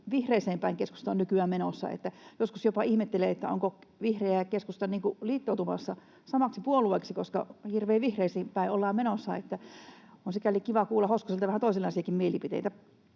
vihreään päin keskusta on nykyään menossa, että joskus jopa ihmettelen, ovatko vihreät ja keskusta niin kuin liittoutumassa samaksi puolueeksi, koska hirveän vihreisiin päin ollaan menossa. On sikäli kiva kuulla Hoskoselta vähän toisenlaisiakin mielipiteitä.